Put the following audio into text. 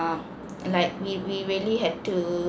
like we we really had to